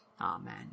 Amen